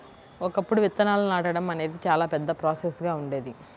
ఒకప్పుడు విత్తనాలను నాటడం అనేది చాలా పెద్ద ప్రాసెస్ గా ఉండేది